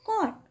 God